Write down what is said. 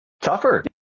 tougher